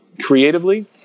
creatively